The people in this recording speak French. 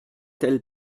tel